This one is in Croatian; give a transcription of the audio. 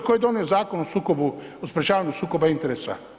Tko je donio Zakon o sprječavanju sukoba interesa?